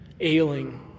ailing